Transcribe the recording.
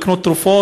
או לקנות תרופות,